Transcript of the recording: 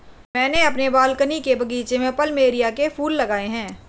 मैंने अपने बालकनी के बगीचे में प्लमेरिया के फूल लगाए हैं